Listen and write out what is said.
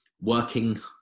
working